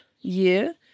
year